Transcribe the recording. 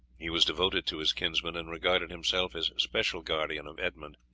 he was devoted to his kinsmen and regarded himself as special guardian of edmund.